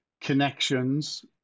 connections